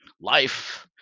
life